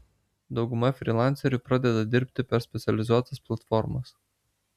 dauguma frylancerių pradeda dirbti per specializuotas platformas